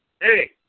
hey